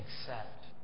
accept